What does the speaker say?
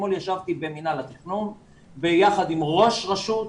אתמול ישבתי במנהל התכנון ביחד עם ראש רשות,